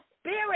spirit